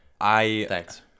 Thanks